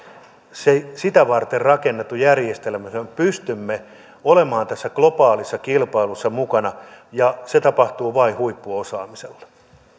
sitä varten rakennettu järjestelmä jotta me pystymme olemaan tässä globaalissa kilpailussa mukana ja se tapahtuu vain huippuosaamisella